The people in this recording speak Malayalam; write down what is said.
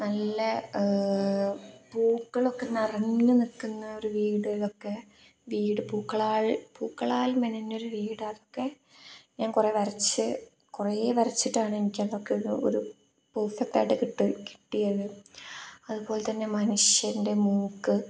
നല്ല പൂക്കളൊക്കെ നിറഞ്ഞ് നിൽക്കുന്ന ഒരു വീട് അതൊക്കെ വീട് പൂക്കളാൽ പൂക്കളാൽ മെനഞ്ഞ ഒരു വീട് അതൊക്കെ ഞാൻ കുറേ വരച്ച് കുറേ വരച്ചിട്ടാണ് എനിക്കതൊക്കെ ഒരു ഒരു പെർഫെക്റ്റായിട്ട് കിട്ടിയത് അതുപോലെത്തന്നെ മനുഷ്യൻ്റെ മൂക്ക്